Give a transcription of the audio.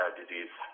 disease